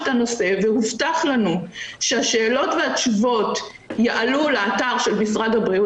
את הנושא והובטח לנו שהשאלות והתשובות יעלו לאתר של משרד הבריאות.